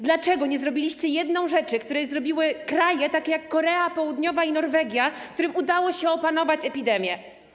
Dlaczego nie zrobiliście jednej rzeczy, którą zrobiły takie kraje, jak Korea Południowa i Norwegia, którym udało się opanować epidemię?